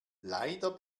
leider